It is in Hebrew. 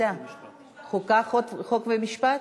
חוקה, חוק ומשפט.